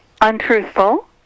untruthful